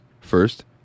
First